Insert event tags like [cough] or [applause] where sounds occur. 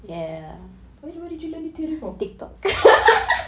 where did you learn all these theories from [laughs]